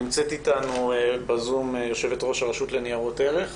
נמצאת אתנו בזום יושבת-ראש הרשות לניירות ערך,